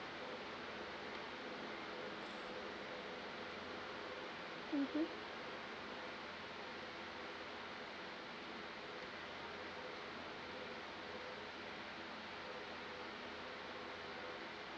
mmhmm